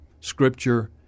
scripture